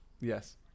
Yes